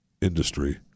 industry